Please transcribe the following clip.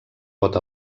pot